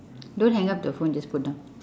don't hang up the phone just put down